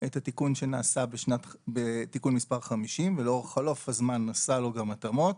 את התיקון שנעשה בתיקון מס' 50 ולאור חלוף הזמן עשה לו גם התאמות,